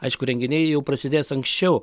aišku renginiai jau prasidės anksčiau